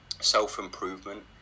Self-improvement